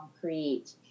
concrete